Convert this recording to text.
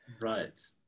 Right